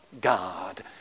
God